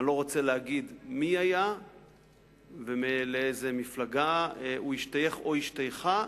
אני לא רוצה להגיד מי היה ולאיזו מפלגה הוא השתייך או השתייכה,